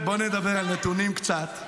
חברת הכנסת בן ארי, אני מבקשת,